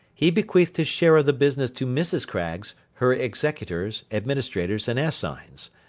he bequeathed his share of the business to mrs. craggs, her executors, administrators, and assigns.